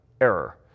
error